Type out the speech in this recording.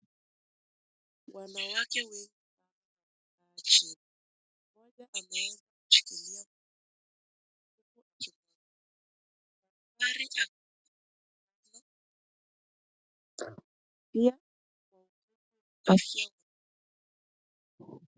Wanawake wengi. Wameweza kushikilia kutu. Pia afya yao